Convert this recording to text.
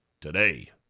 today